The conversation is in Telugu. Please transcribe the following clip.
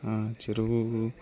చెరువు